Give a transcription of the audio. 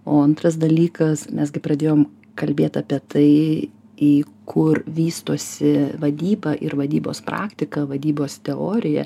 o antras dalykas mes gi pradėjom kalbėt apie tai į kur vystosi vadyba ir vadybos praktika vadybos teorija